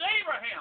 Abraham